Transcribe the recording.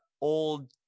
old